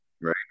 right